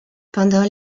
pendant